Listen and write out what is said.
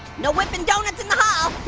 no whipping donuts in the hall.